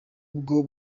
bwo